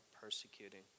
persecuting